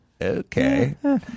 Okay